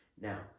Now